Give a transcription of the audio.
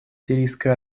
сирийской